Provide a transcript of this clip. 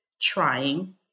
trying